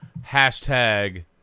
Hashtag